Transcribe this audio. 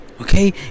Okay